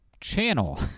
channel